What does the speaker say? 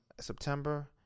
September